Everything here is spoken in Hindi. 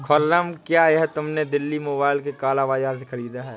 खुर्रम, क्या तुमने यह मोबाइल दिल्ली के काला बाजार से खरीदा है?